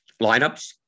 lineups